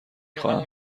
خواهم